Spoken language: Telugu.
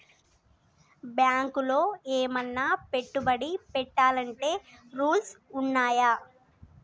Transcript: బ్యాంకులో ఏమన్నా పెట్టుబడి పెట్టాలంటే రూల్స్ ఉన్నయా?